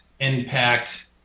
impact